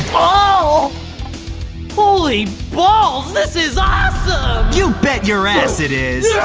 ah holy balls this is awesome! you bet your ass it is